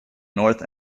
north